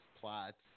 plots